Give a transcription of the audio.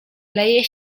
leje